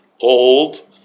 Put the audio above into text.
old